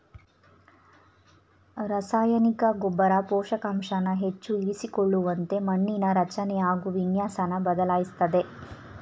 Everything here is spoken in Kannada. ರಸಾಯನಿಕ ಗೊಬ್ಬರ ಪೋಷಕಾಂಶನ ಹೆಚ್ಚು ಇರಿಸಿಕೊಳ್ಳುವಂತೆ ಮಣ್ಣಿನ ರಚನೆ ಹಾಗು ವಿನ್ಯಾಸನ ಬದಲಾಯಿಸ್ತದೆ